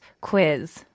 quiz